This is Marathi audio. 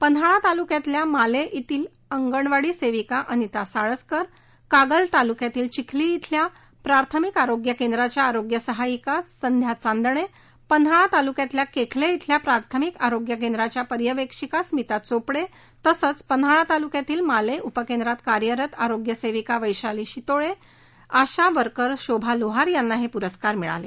पन्हाळा तालुक्यातील माले येथील अंगणवाडी सेविका अनिता साळसकर कागल तालुक्यातील चिखली येथील प्राथमिक आरोग्य केंद्राच्या आरोग्य सहाय्यिका संध्या चांदणे पन्हाळा तालुक्यातील केखले येथील प्राथमिक आरोग्य केंद्राच्या पर्यवेक्षिका स्मिता चोपडे तसेच पन्हाळा तालुक्यातील माले उपकेंद्रात कार्यरत आरोग्य सेविका वैशाली शितोळे याच उपकेंद्रात कार्यरत आशा वर्कर शोभा लोहार यांना हे प्रस्कार मिळाले